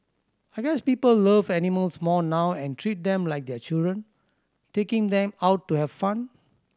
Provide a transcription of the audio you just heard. I guess people love animals more now and treat them like their children taking them out to have fun